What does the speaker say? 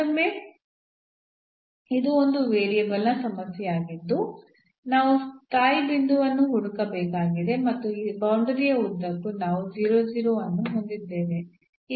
ಮತ್ತೊಮ್ಮೆ ಇದು ಒಂದು ವೇರಿಯಬಲ್ನ ಸಮಸ್ಯೆಯಾಗಿದ್ದು ನಾವು ಸ್ಥಾಯಿ ಬಿಂದುವನ್ನು ಹುಡುಕಬೇಕಾಗಿದೆ ಮತ್ತು ಈ ಬೌಂಡರಿಯ ಉದ್ದಕ್ಕೂ ನಾವು ಅನ್ನು ಹೊಂದಿದ್ದೇವೆ